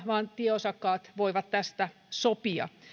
vaan tieosakkaat voivat tästä sopia